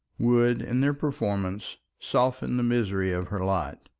would, in their performance, soften the misery of her lot.